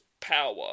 power